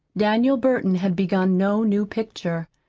daniel burton had begun no new picture.